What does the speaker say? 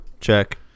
Check